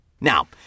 Now